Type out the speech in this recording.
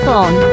on